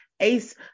ACE